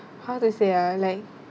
how to say ah like